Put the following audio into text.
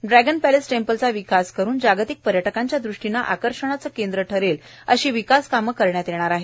ड्रुग्न पप्रवेस टेम्पलचा विकास करून जागतिक पर्यटकांच्या दृष्टीने आकर्षणाचे केंद्र ठरेल अशी विकास कामे करण्यात येणार आहेत